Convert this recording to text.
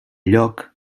lloc